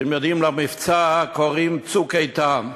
אתם יודעים, למבצע קוראים "צוק איתן".